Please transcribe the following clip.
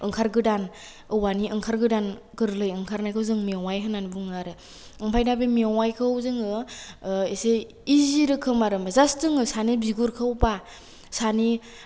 ओंखार गोदान औवानि ओंखारगोदान गोरलै ओंखारनायखौ जों मेवाइ होना बुङो आरो ओमफाय दा बे मेवाइखौ जोङो एसे इजि रोखोम आरो जास जोङो सानि बिगुरखौ बा सानि